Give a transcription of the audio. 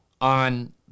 on